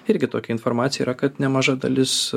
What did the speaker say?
irgi tokia informacija yra kad nemaža dalis